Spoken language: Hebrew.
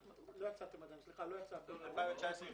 הוא יפורסם.